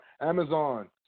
Amazon